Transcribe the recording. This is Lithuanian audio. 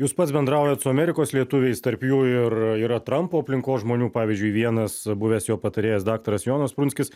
jūs pats bendraujat su amerikos lietuviais tarp jų ir yra trampo aplinkos žmonių pavyzdžiui vienas buvęs jo patarėjas daktaras jonas prunskis